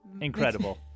incredible